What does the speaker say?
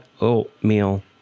oatmeal